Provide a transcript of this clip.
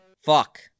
Fuck